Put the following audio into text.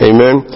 Amen